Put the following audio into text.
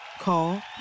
Call